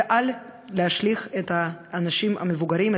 ולא להשליך את האנשים המבוגרים,